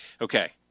okay